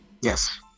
Yes